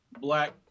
Black